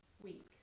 week